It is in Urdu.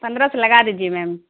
پندرہ سو لگا دیجیے میم